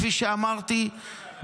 כפי שאמרתי,